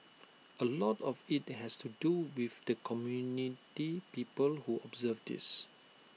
A lot of IT has to do with the community people who observe this